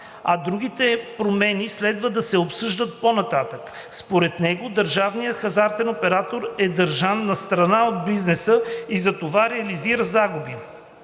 а другите промени следва да се обсъждат по-нататък. Според него държавният хазартен оператор е държан настрана от бизнеса и затова реализира загуби.